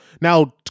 Now